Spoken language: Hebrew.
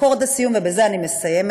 אקורד הסיום, ובזה אני מסיימת,